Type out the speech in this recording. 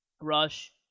Rush